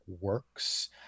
works